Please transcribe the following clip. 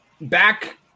back